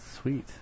Sweet